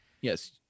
Yes